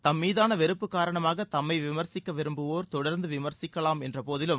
தம் மீதான வெறுப்பு காரணமாக தம்மை விமர்சிக்க விரும்புவோர் தொடர்ந்து விமர்சிக்கலாம் என்ற போதிலும்